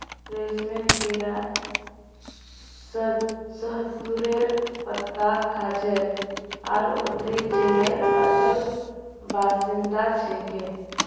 रेशमेर कीड़ा शहतूतेर पत्ता खाछेक आर उत्तरी चीनेर असल बाशिंदा छिके